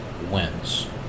wins